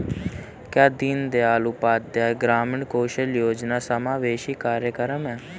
क्या दीनदयाल उपाध्याय ग्रामीण कौशल योजना समावेशी कार्यक्रम है?